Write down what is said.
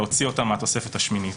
להוציא אותן מהתוספת השמינית.